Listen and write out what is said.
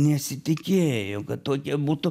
nesitikėjo kad tokia būtų